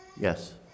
Yes